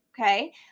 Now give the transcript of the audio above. okay